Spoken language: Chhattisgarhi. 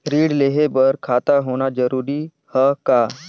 ऋण लेहे बर खाता होना जरूरी ह का?